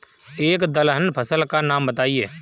एक दलहन फसल का नाम बताइये